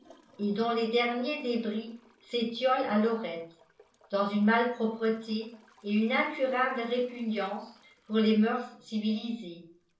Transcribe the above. et dont les derniers débris s'étiolent à lorette dans une malpropreté et une incurable répugnance pour les mœurs civilisées